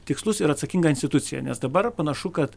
tikslus ir atsakingą instituciją nes dabar panašu kad